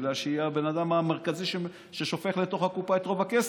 בגלל שהיא הגוף המרכזי ששופך לקופה את רוב הכסף.